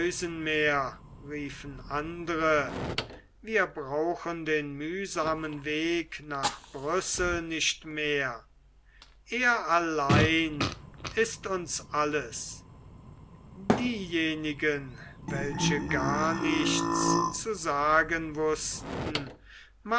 mehr riefen andere wir brauchen den mühsamen weg nach brüssel nicht mehr er allein ist uns alles diejenigen welche gar nichts zu sagen wußten